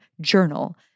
journal